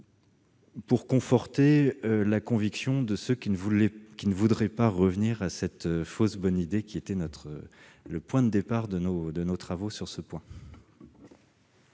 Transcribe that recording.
de conforter la conviction de ceux qui ne voudraient pas revenir à cette fausse bonne idée, point de départ de nos travaux sur ce sujet.